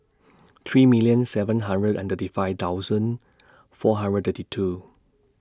three million seven hundred and thirty five thousand four hundred thirty two